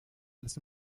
alles